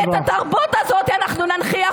ואת התרבות הזאת אנחנו ננכיח,